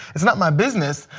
it's not my business,